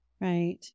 Right